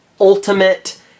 ultimate